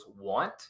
want